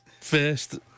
first